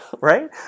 right